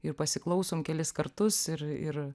ir pasiklausom kelis kartus ir ir